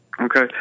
Okay